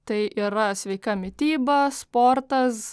tai yra sveika mityba sportas